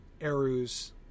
Eru's